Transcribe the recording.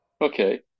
Okay